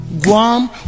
Guam